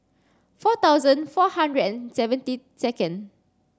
four thousand four hundred and seventy second